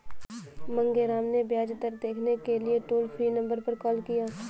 मांगेराम ने ब्याज दरें देखने के लिए टोल फ्री नंबर पर कॉल किया